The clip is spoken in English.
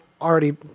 already